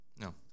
No